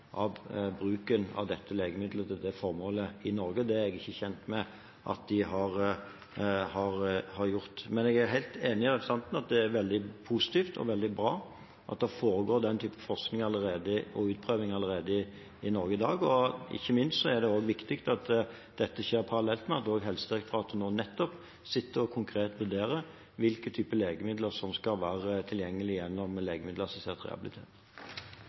av bruken av dette legemiddelet til det formålet i Norge. Det er jeg ikke kjent med at de har gjort. Men jeg er helt enig med representanten i at det er veldig positivt og veldig bra at det allerede foregår den type forskning og utprøving i Norge i dag. Ikke minst er det også viktig at dette skjer parallelt med at Helsedirektoratet nå sitter og konkret vurderer hvilke typer legemidler som skal være tilgjengelige gjennom